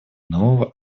нового